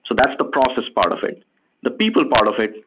so that's the process part of it the people part of it,